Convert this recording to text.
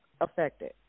affected